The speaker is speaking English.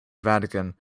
vatican